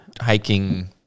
hiking